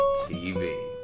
tv